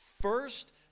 first